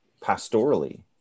pastorally